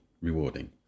rewarding